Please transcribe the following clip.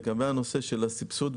לגבי הנושא של הסבסוד,